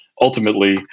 ultimately